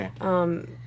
Okay